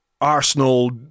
Arsenal